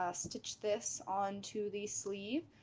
ah stitch this onto the sleeve,